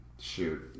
Shoot